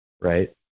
right